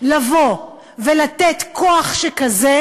לבוא ולתת כוח שכזה,